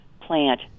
plant